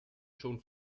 schon